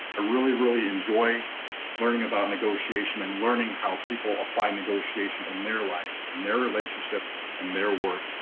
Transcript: ah really really enjoy learning about negotiation and learning how people apply negotiation in their lives and their relationship and their work.